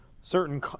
certain